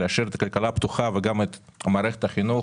ולהשאיר גם את הכלכלה פתוחה וגם את מערכת החינוך,